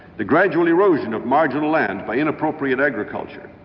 the gradual erosion of marginal land by inappropriate agriculture,